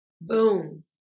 boom